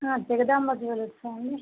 ఆ జగదాంబ జువెలర్సా అండి